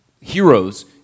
heroes